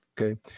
okay